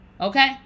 Okay